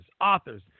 authors